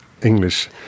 English